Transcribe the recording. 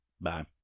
Bye